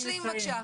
תן לו לסיים.